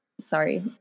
sorry